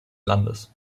landes